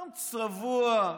אדם צבוע,